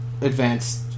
advanced